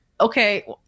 okay